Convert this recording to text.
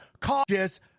cautious